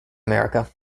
america